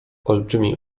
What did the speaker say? olbrzymi